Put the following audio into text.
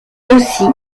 aussi